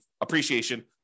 appreciation